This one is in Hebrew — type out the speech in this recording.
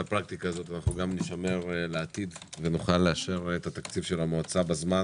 הפרקטיקה הזאת נשמר לעתיד ונוכל לאשר את התקציב של המועצה בזמן